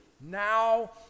now